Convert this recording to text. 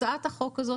הצעת החוק הזאת,